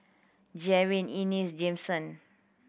Javen Ennis Jameson